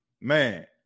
man